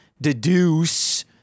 deduce